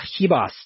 Hibas